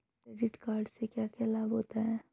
Credit card से क्या क्या लाभ होता है?